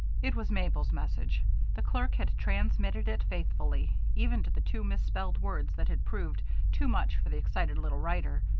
it was mabel's message the clerk had transmitted it faithfully, even to the two misspelled words that had proved too much for the excited little writer.